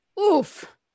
Oof